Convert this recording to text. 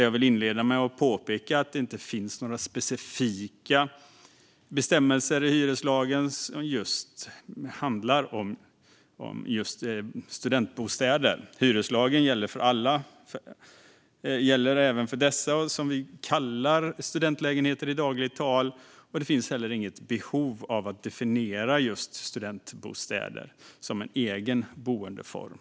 Jag vill inleda med att påpeka att det inte finns några specifika bestämmelser i hyreslagen för just studentbostäder. Hyreslagen gäller även för det vi kallar studentlägenheter i dagligt tal. Det finns inte heller något behov av att definiera just studentbostäder som en egen boendeform.